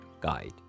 guide